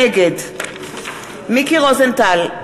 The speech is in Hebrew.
נגד מיקי רוזנטל,